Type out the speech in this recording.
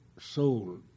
soul